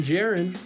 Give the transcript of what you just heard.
Jaren